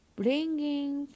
Bringing